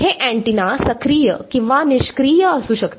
हे अँटीना सक्रिय किंवा निष्क्रिय असू शकते